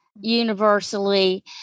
Universally